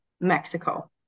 Mexico